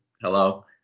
hello